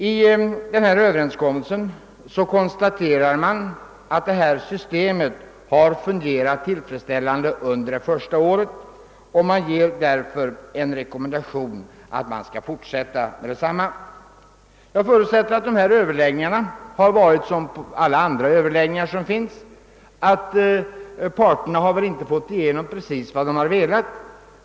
I denna överenskommelse konstaterar man att systemet fungerat tillfredsställande under det första året, och man rekommenderar därför att vi skall fortsätta med detsamma. Jag förutsätter att dessa överläggningar varit som alla andra överläggningar och att parterna inte fått igenom precis vad de velat.